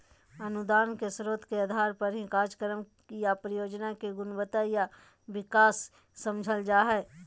अनुदान के स्रोत के आधार पर ही कार्यक्रम या परियोजना के गुणवत्ता आर विकास समझल जा हय